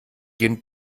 gehen